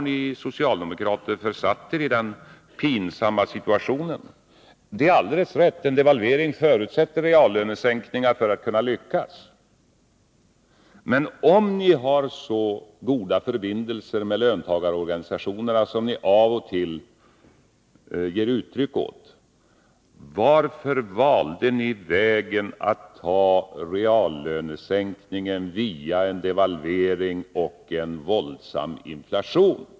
Ni socialdemokrater har försatt er i den pinsamma situation, där devalveringen förutsätter reallönesänkningar för att lyckas. Om ni har så goda kontakter med löntagarorganisationerna som ni av och till ger uttryck för, varför valde ni vägen att ta reallönesänkning via en devalvering och en våldsam inflation?